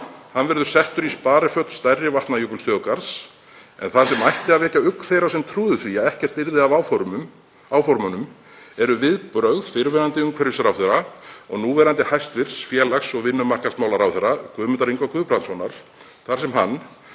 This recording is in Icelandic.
hann verður settur í spariföt stærri Vatnajökulsþjóðgarðs. En það sem ætti að vekja ugg þeirra sem trúðu því að ekkert yrði af áformunum eru viðbrögð fyrrverandi umhverfisráðherra og núverandi hæstv. félags- og vinnumarkaðsmálaráðherra, Guðmundar Inga Guðbrandssonar, þar sem hann,